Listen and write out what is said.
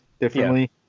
differently